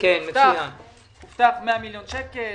כי הובטחו 100 מיליון שקל.